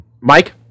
Mike